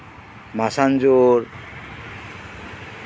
ᱢᱟᱥᱟᱝᱡᱳᱲ